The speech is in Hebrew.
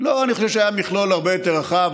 אני חושב שהיה מכלול הרבה יותר רחב,